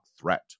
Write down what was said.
threat